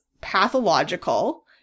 pathological